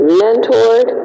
mentored